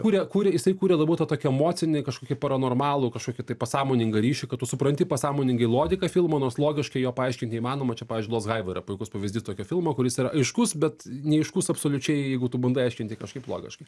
kuria kuria jisai kūrė labiau tą tokį emocinį kažkokį paranormalų kažkokį tai pasąmoningą ryšį kad tu supranti pasąmoningai logiką filmo nors logiškai jo paaiškinti neįmanoma čia pavyzdžiui lost highway yra puikus pavyzdys tokio filmo kuris yra aiškus bet neaiškus absoliučiai jeigu tu bandai aiškinti kažkaip logiškai